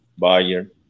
Bayern